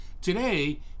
Today